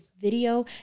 video